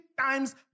times